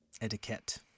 Etiquette